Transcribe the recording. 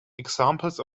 examples